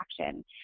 action